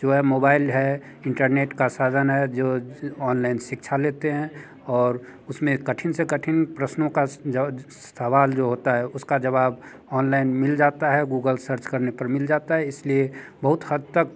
जो है मोबाइल है इंटरनेट का साधन है जो ऑनलाइन शिक्षा लेते हैं और उसमें कठिन से कठिन प्रश्नों का सवाल जो होता है उसका जवाब ऑनलाइन मिल जाता है गूगल सर्च करने पर मिल जाता है इसलिए बहुत हद तक